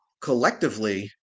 collectively